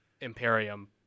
Imperium